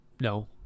no